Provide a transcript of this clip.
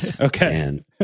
Okay